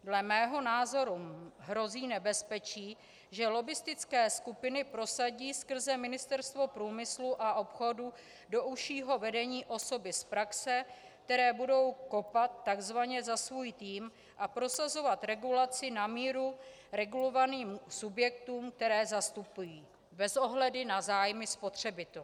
Dle mého názoru hrozí nebezpečí, že lobbistické skupiny prosadí skrze Ministerstvo průmyslu a obchodu do užšího vedení osoby z praxe, které budou kopat tzv. za svůj tým a prosazovat regulaci na míru regulovaným subjektům, které zastupují, bez ohledu na zájmy spotřebitelů.